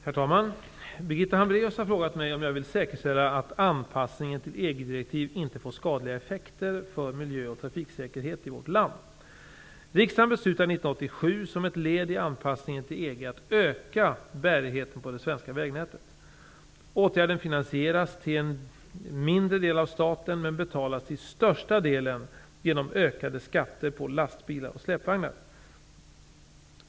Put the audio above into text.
Herr talman! Birgitta Hambraeus har frågat mig om jag vill säkerställa att anpassningen till EG direktiv inte får skadliga effekter för miljö och trafiksäkerhet i vårt land. Riksdagen beslutade 1987, som ett led i anpassningen till EG, att öka bärigheten på det svenska vägnätet. Åtgärden finansieras till en mindre del av staten men betalas till största delen genom ökade skatter på lastbilar och släpvagnar.